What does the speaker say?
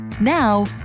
Now